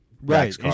Right